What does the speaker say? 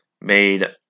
made